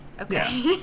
Okay